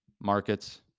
Markets